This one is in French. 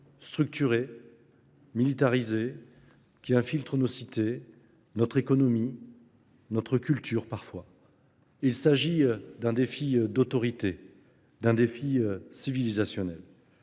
structuré, militarisé, qui infiltre nos cités, notre économie, notre culture parfois. Il s'agit d'un défi d'autorité, d'un défi civilisationnel.